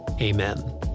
Amen